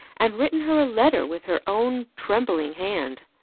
and written her a letter with her own trembling hand.